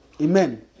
Amen